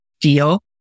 deal